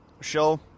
show